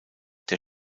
der